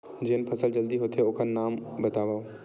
जेन फसल जल्दी होथे ओखर नाम बतावव?